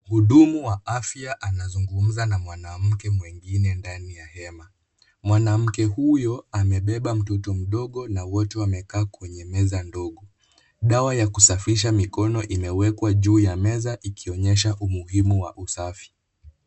Mhudumu wa afya anazungumza na mwanamke mwingine ndani ya hema. Mwanamke huyo amebeba mtoto mdogo na wote wamekaa kwenye meza ndogo. Dawa ya kusafisha mikono imewekwa juu ya meza ikionyesha umuhimu wa usafi.